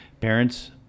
parents